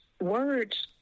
words